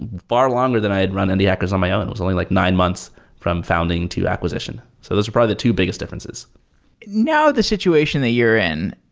far longer than i had run indie hackers on my own. it was only like nine months from founding to acquisition. so those are probably the two biggest differences now, the situation that you're in,